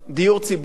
דיור ציבורי,